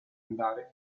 andare